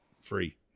free